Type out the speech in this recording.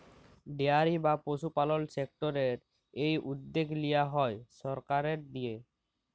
dairy বা পশুপালল সেক্টরের এই উদ্যগ লিয়া হ্যয় সরকারের দিঁয়ে